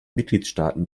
mitgliedstaaten